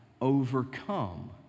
overcome